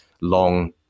long